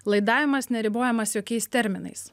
laidavimas neribojamas jokiais terminais